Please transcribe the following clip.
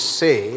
say